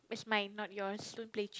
it's mine not yours don't play cheat